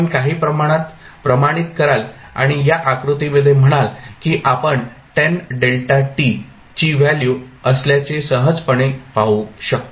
आपण काही प्रमाणात प्रमाणित कराल आणि या आकृतीमध्ये म्हणाल की आपण 10 δ ची व्हॅल्यू असल्याचे सहजपणे पाहू शकतो